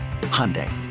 Hyundai